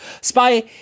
Spy